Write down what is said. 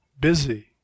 busy